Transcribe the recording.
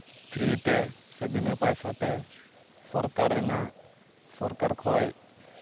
free ᱛᱮ ᱥᱮ ᱵᱤᱱᱟᱹ ᱯᱚᱭᱥᱟᱛᱮ ᱥᱚᱨᱠᱟᱨ ᱨᱮᱱᱟᱜ ᱥᱚᱨᱠᱟᱨ ᱠᱷᱚᱡ